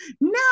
no